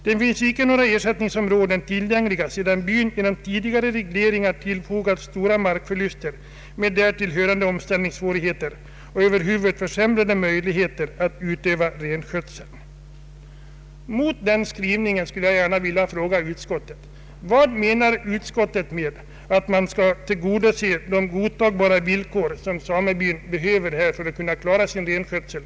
Det finns ju icke några ersättningsområden tillgängliga sedan byn genom tidigare regleringar tillfogats stora markförluster med därtill hörande omställningssvårigheter och över huvud försämrade möjligheter att utöva renskösel.” Med hänsyn till denna skrivning skulle jag vilja fråga utskottet: Vad menar utskottet när det anför att man skall tillgodose de godtagbara villkor som samebyn behöver för att klara sin renskötsel?